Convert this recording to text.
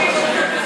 ממש לא,